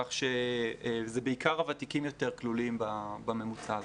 כך שבעיקר הוותיקים יותר כלולים בממוצע הזה.